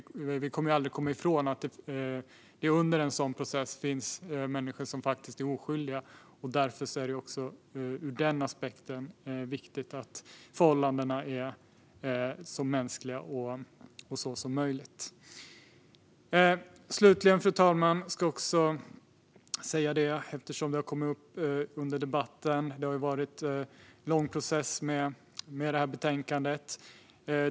Men vi kommer aldrig att komma ifrån att det under en sådan process finns människor som är oskyldiga. Därför är det också ur den aspekten viktigt att förhållandena är så mänskliga som möjligt. Fru talman! Jag ska slutligen säga något om det som kommit upp i debatten. Det har varit en lång process med betänkandet.